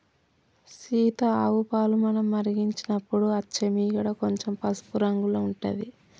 సీత ఆవు పాలు మనం మరిగించినపుడు అచ్చే మీగడ కొంచెం పసుపు రంగుల ఉంటది